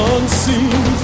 Unseen